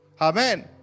Amen